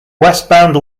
westbound